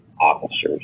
officers